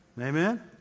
amen